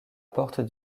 porte